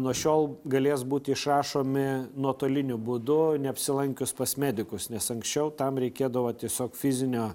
nuo šiol galės būt išrašomi nuotoliniu būdu neapsilankius pas medikus nes anksčiau tam reikėdavo tiesiog fizinio